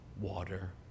water